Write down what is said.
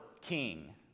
king